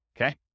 okay